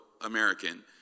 American